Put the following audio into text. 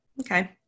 Okay